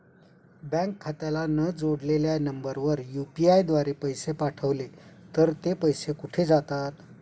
Bank खात्याला न जोडलेल्या नंबरवर यु.पी.आय द्वारे पैसे पाठवले तर ते पैसे कुठे जातात?